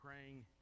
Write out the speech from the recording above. praying